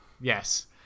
yes